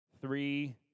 Three